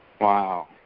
Wow